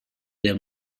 del